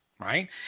Right